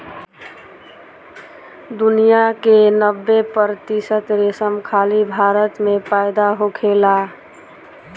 दुनिया के नब्बे प्रतिशत रेशम खाली भारत में पैदा होखेला